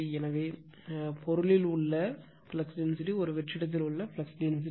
எனவே பொருளில் உள்ள ஃப்ளக்ஸ் டென்சிட்டி ஒரு வெற்றிடத்தில் உள்ள ஃப்ளக்ஸ் டென்சிட்டி